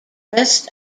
west